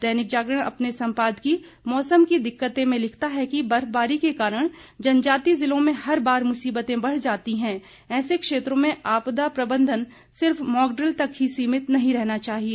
दैनिक जागरण अपने सम्पादकीय मौसम की दिक्कतें में लिखता है कि बर्फबारी के कारण जनजातीय ज़िलों में हर बार मुसीबतें बढ़ जाती हैं ऐसे क्षेत्रों में आपदा प्रबंधन सिर्फ मॉकड़िल तक ही सीमित नहीं रहना चाहिए